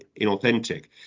inauthentic